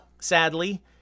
sadly